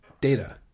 data